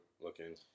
looking